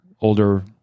older